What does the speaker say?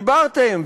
דיברתם,